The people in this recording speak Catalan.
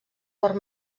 port